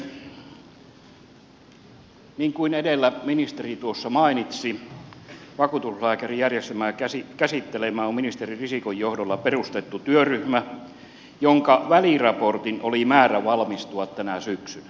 niin kuin edellä ministeri tuossa mainitsi vakuutuslääkärijärjestelmää käsittelemään on ministeri risikon johdolla perustettu työryhmä jonka väliraportin oli määrä valmistua tänä syksynä